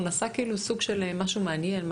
הוא נסע כאילו סוג של משהו מעניין,